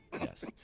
Yes